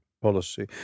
Policy